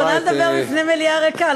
אני מוכנה לדבר בפני מליאה ריקה,